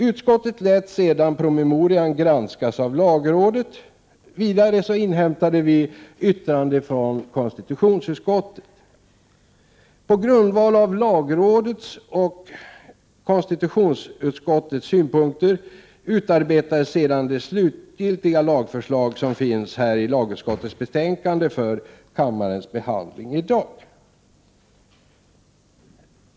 Utskottet lät sedan promemorian granskas av lagrådet. Vidare inhämtade vi yttrande från konstitutionsutskottet. På grundval av lagrådets och konstitutionsutskottets synpunkter utarbetades sedan det slutliga lagförslag som finns här i utskottets betänkande för kammarens behandling i dag.